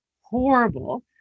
horrible